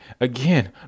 again